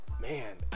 man